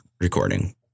recording